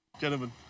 Gentlemen